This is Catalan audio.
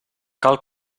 cal